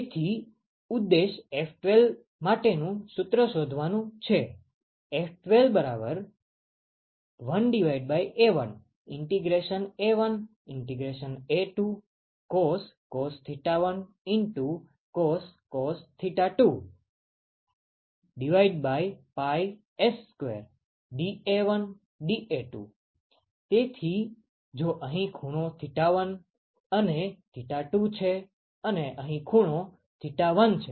તેથી ઉદ્દેશ F12 માટેનું સૂત્ર શોધવાનું છે F121A1A1A2cos 1cos 2 S2 dA1dA2 તેથી જો અહીં ખુણો θ1 અને θ2 છે અને અહીં ખુણો θ1 છે